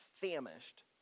famished